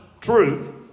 truth